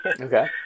Okay